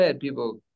people